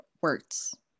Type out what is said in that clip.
words